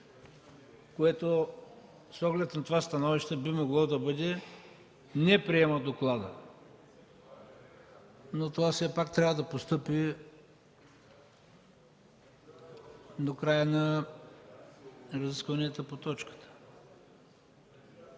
което с оглед на това становище би могло да бъде: „Не приема доклада”. Това все пак трябва да постъпи до края на разискванията по точката,